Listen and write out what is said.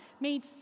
made